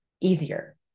easier